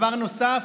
דבר נוסף,